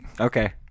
Okay